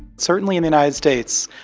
certainly, in the united states,